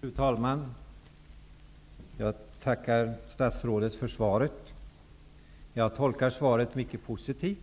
Fru talman! Jag tackar statsrådet för svaret. Jag tolkar det mycket positivt.